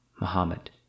Muhammad